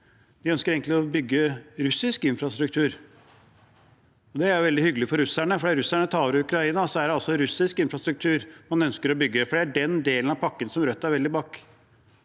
De ønsker egentlig å bygge russisk infrastruktur. Det er veldig hyggelig for russerne, for når russerne tar over Ukraina, er det altså russisk infrastruktur man ønsker å bygge, for det er den delen av pakken Rødt står veldig bak.